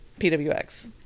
PWX